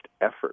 effort